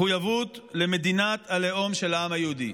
מחויבות למדינת הלאום של העם היהודי.